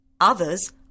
Others